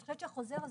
אני חושבת שהחוזר הזה,